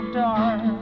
dark